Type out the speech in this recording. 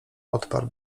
odparł